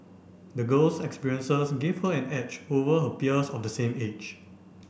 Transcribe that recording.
the girl's experiences give her an edge over her peers of the same age